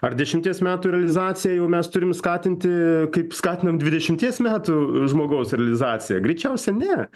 ar dešimties metų realizacija jau mes turime skatinti kaip skatiname dvidešimties metų žmogaus realizaciją greičiausia ne